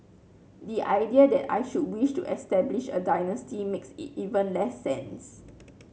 the idea that I should wish to establish a dynasty makes even less sense